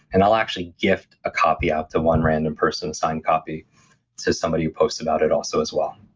and i'll actually gift a copy out to one random person signed copy to somebody who posts about it also as well